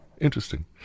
interesting